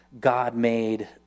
God-made